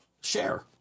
Share